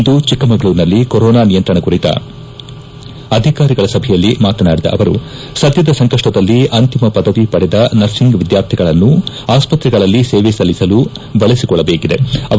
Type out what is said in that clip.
ಇಂದು ಚೆಕ್ಕಮಗಳೂರಿನಲ್ಲಿ ಕೊರೊನಾ ನಿಯಂತ್ರಣ ಕುರಿತ ಅಧಿಕಾರಿಗಳ ಸಭೆಯಲ್ಲಿ ಮಾತನಾಡಿದ ಅವರು ಸದ್ಯದ ಸಂಕಷ್ಟದಲ್ಲಿ ಅಂತಿಮ ಪದವಿ ಪಡೆದ ನರ್ಸಿಂಗ್ ವಿದ್ಯಾರ್ಥಿಗಳನ್ನು ಅಸ್ಪತ್ರೆಗಳಲ್ಲಿ ಸೇವೆ ಸಲ್ಲಿಸಲು ಬಳಸಿಕೊಳ್ಳಬೇಕಿದೆಅವ